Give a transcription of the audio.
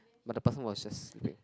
but the person was just